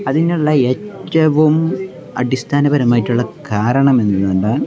അതിനുള്ള ഏറ്റവും അടിസ്ഥാനപരമായിട്ടുള്ള കാരണം